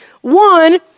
One